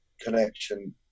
connection